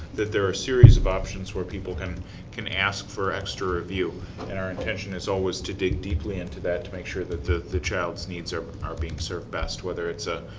that there are a series of options where people can can ask for its review and our intention is always to dig deeply into that to make sure that the the child's needs are are being served best, whether it's ah